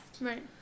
Right